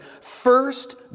first